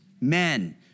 men